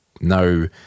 no